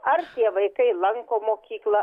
ar tie vaikai lanko mokyklą